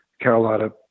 Carolina